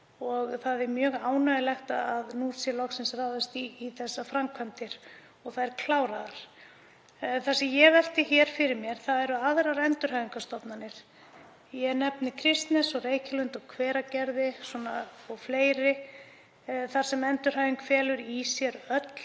það er mjög ánægjulegt að nú sé loks ráðist í þessar framkvæmdir og þær kláraðar. Það sem ég velti fyrir mér eru aðrar endurhæfingarstofnanir. Ég nefni Kristnes og Reykjalund og Hveragerði o.fl., þar sem endurhæfing felur í sér öll